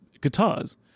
guitars